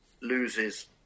loses